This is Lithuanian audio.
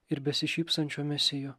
ir besišypsančio mesijo